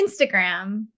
Instagram